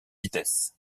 vitesse